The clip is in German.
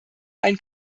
ein